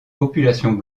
populations